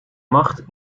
macht